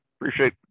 appreciate